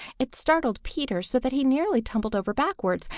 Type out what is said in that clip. it startled peter so that he nearly tumbled over backward.